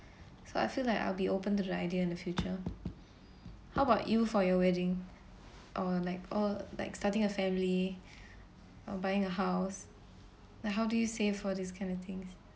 so I feel like I'll be open to the idea in the future how about you for your wedding or like or like starting a family or buying a house like how do you save for these kind of things